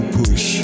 push